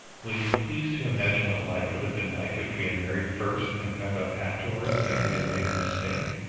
will you please to imagine what life would have been like if we had married first, and found out afterwards that we had made a mistake.